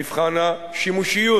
מבחן השימושיות.